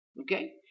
Okay